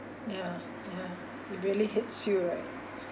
ya ya it really hits you right